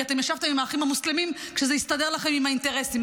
כי אתם ישבתם עם האחים המוסלמים כשזה הסתדר לכם עם האינטרסים,